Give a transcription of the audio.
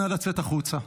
נא לצאת החוצה.